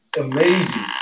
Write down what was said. amazing